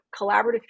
collaborative